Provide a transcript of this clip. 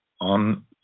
on